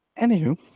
Anywho